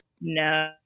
No